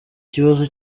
ikibazo